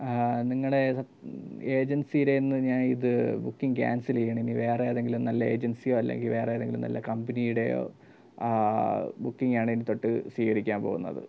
നിങ്ങളുടെ സത് ഏജൻസിയുടെ കയ്യിൽ നിന്ന് ഞാൻ ഇത് ബുക്കിംഗ് ക്യാൻസൽ ആണെങ്കിൽ ഇനി വേറെ ഏതെങ്കിലും നല്ല ഏജൻസിയോ അല്ലെങ്കിൽ വേറെ ഏതെങ്കിലും നല്ല കമ്പനിയുടെയോ ബുക്കിംഗ് ആണ് ഇനി തൊട്ട് സ്വീകരിക്കാൻ പോകുന്നത്